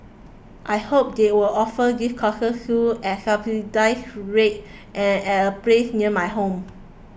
I hope they will offer these courses soon at subsidised rates and at a place near my home